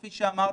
כפי שאמרתי,